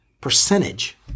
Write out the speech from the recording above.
percentage